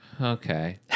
Okay